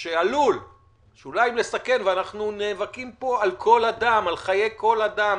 שעלול אולי לסכן, ואנחנו נאבקים פה על חיי כל אדם,